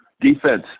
Defense